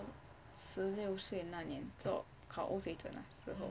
十六岁那年做考 o 水准的时候